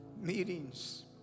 meetings